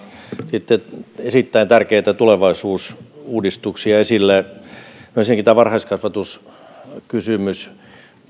otitte erittäin tärkeitä tulevaisuusuudistuksia esille ensinnäkin tämä varhaiskasvatuskysymys